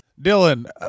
Dylan